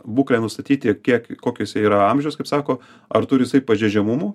būklę nustatyti kiek kokio jisai yra amžiaus kaip sako ar turi jisai pažeidžiamumų